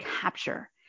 capture